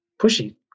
pushy